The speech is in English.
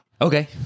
Okay